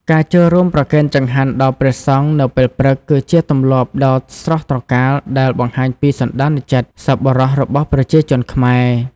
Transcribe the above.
ការចូលរួមប្រគេនចង្ហាន់ដល់ព្រះសង្ឃនៅពេលព្រឹក គឺជាទម្លាប់ដ៏ស្រស់ត្រកាលដែលបង្ហាញពីសន្តានចិត្តសប្បុរសរបស់ប្រជាជនខ្មែរ។